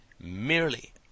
merely